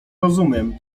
rozumiem